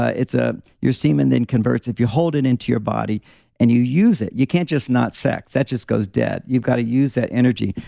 ah it's ah your semen then converts if you hold it into your body and you use it. you can't just not sex. that just goes dead. you've got to use that energy.